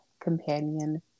companion